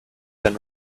than